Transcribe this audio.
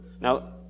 Now